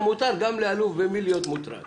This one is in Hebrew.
מה עושים עם התקציב